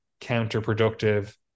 counterproductive